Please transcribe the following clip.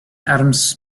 adams